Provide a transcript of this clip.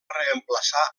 reemplaçar